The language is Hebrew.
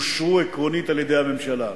אושרו עקרונית על-ידי הממשלה.